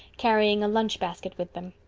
carrying a lunch basket with them.